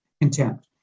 contempt